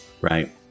right